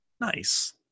Nice